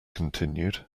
continued